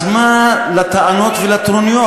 אז מה לטענות ולטרוניות?